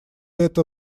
это